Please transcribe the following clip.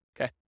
okay